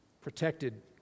protected